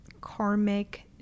karmic